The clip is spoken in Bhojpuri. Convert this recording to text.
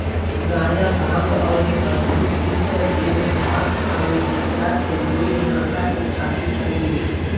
गाजा, भांग अउरी धतूर इ सब एगो घास हवे जेकरा से लोग नशा के खातिर करेले